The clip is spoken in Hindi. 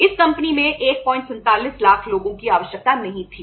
इस कंपनी में 147 लाख लोगों की आवश्यकता नहीं थी